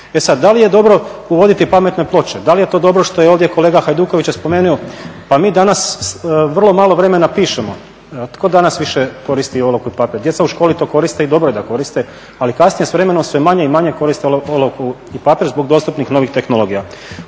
E sad, da li je dobro uvoditi pametne ploče, da li je to dobro što je ovdje kolega Hajduković spomenuo, pa mi danas vrlo malo vremena pišemo, tko danas više koristi olovku i papir? Djeca u školi to koriste i dobro je da koriste, ali kasnije s vremenom sve manje i manje koriste olovku i papir zbog dostupnih novih tehnologija.